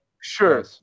Sure